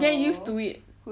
get used to it